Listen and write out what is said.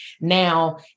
Now